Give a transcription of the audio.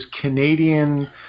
Canadian